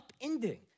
upending